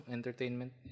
Entertainment